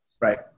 right